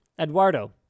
Eduardo